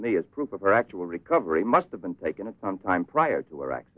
me as proof of her actual recovery must have been taken to some time prior to her